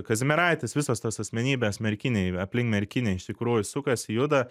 kazimieraitis visos tos asmenybės merkinėj aplink merkinę iš tikrųjų sukasi juda